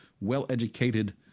well-educated